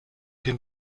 den